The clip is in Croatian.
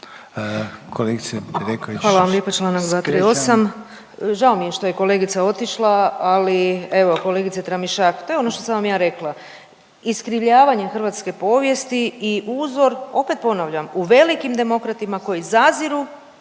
Hvala vam lijepo čl. 238.. Žao mi je što je kolegica otišla, ali evo kolegice Tramišak, to je ono što sam vam ja rekla, iskrivljavanje hrvatske povijesti i uzor, opet ponavljam, u velikim demokratima koji zaziru,